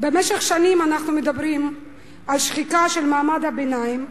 במשך שנים אנחנו מדברים על שחיקה של מעמד הביניים,